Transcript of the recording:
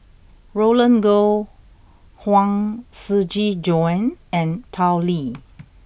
Roland Goh Huang Shiqi Joan and Tao Li